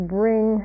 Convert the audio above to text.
bring